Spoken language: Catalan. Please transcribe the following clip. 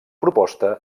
proposta